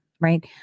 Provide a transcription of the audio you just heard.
right